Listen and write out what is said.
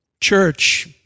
Church